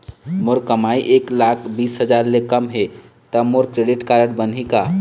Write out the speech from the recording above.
मोर कमाई एक लाख बीस हजार ले कम हे त मोर क्रेडिट कारड बनही का?